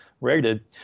rated